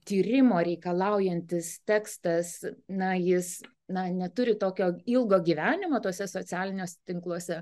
tyrimo reikalaujantis tekstas na jis na neturi tokio ilgo gyvenimo tuose socialiniuose tinkluose